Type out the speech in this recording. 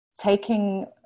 taking